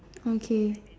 okay